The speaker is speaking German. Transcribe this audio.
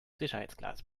sicherheitsglas